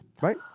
Right